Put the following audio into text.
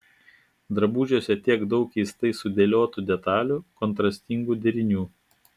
drabužiuose tiek daug keistai sudėliotų detalių kontrastingų derinių